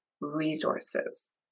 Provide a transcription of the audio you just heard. resources